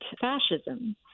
fascism